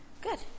good